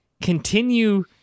continue